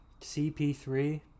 CP3